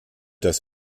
das